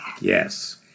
Yes